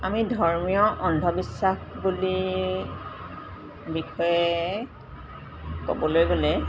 আমি ধৰ্মীয় অন্ধবিশ্বাস বুলি বিষয়ে ক'বলৈ গ'লে